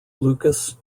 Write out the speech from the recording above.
lucas